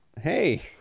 Hey